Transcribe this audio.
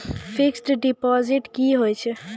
Fixed deposit की होय छै?